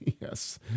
Yes